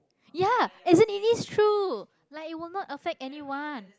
ya as in it is true like it will not affect anyone